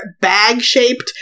bag-shaped